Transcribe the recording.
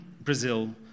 Brazil